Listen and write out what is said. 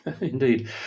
Indeed